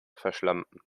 verschlampen